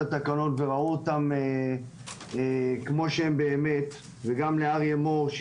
התקנות וראו אותן כמו שהן באמת וגם לאריה מור ממשרד החינוך,